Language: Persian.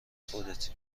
خودتی